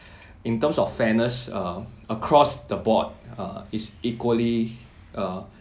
in terms of fairness uh across the board uh it's equally uh